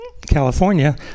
California